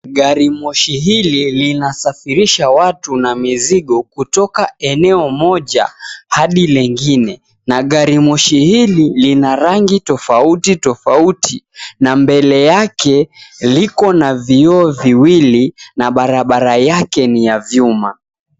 Gari moshi hili linasafirisha watu na mizigo kutoka eneo moja hadi lingine, na gari moshi hili lina rangi tofauti tofauti, na mbele yake liko na vioo viwili na barabara yake ni ya vyuma.